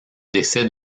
décès